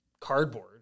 cardboard